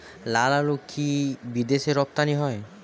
লালআলু কি বিদেশে রপ্তানি হয়?